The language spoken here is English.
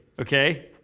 okay